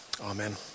Amen